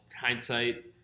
hindsight